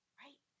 right